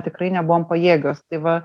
tikrai nebuvom pajėgios tai va